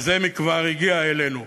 שזה מכבר הגיע אלינו,